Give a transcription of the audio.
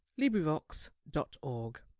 librivox.org